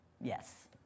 Yes